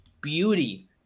beauty